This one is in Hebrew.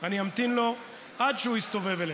אני אמתין לו עד שהוא יסתובב אלינו,